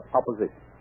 opposition